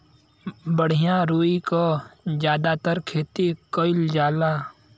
बढ़िया रुई क जादातर खेती कईल जाला